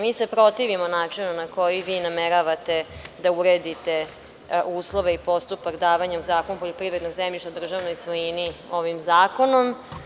Mi se protivimo načinu na koji vi nameravate da uredite uslove i postupak davanja u zakup poljoprivrednog zemljišta državnoj svojini ovim zakonom.